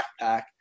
backpack